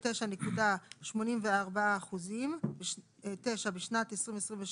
59.84%. (9) בשנת 2026